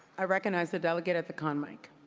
i recognize the delegate at the con mic.